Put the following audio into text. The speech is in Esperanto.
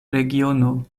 regiono